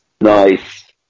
Nice